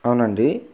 అవునండి